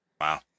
Wow